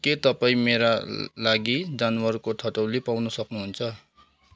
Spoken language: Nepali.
के तपाईँ मेरा लागि जनावरको ठट्यौली पाउन सक्नुहुन्छ